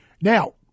Now